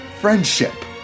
friendship